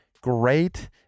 great